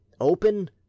open